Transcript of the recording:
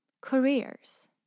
careers